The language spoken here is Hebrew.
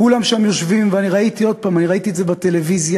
כולם שם יושבים, ואני ראיתי את זה בטלוויזיה,